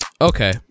Okay